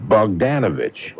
Bogdanovich